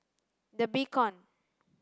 the Beacon